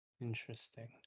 Interesting